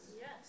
Yes